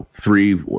three